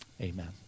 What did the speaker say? Amen